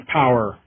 power